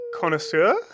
connoisseur